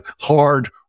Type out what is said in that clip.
hard